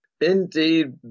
Indeed